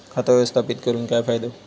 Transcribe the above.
खाता व्यवस्थापित करून काय फायदो?